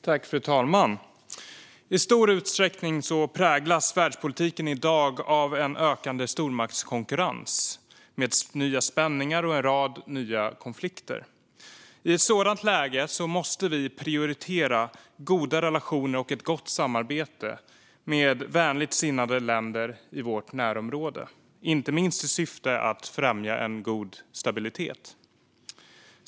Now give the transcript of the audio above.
Fru talman! I stor utsträckning präglas världspolitiken i dag av en ökande stormaktskonkurrens med nya spänningar och en rad nya konflikter. I ett sådant läge måste vi prioritera goda relationer och ett gott samarbete med vänligt sinnade länder i vårt närområde, inte minst i syfte att främja en god stabilitet.